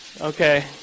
okay